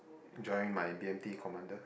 join my B_M_P commander